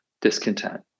discontent